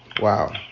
Wow